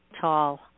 tall